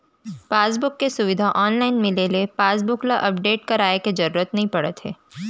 passbook के सुबिधा online मिले ले पासबुक ल अपडेट करवाए के जरूरत नइ परत हे